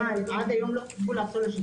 ממאי עד היום לא עשו שיפוץ.